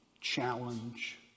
Challenge